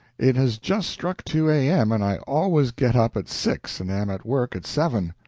it has just struck two a m, and i always get up at six and am at work at seven.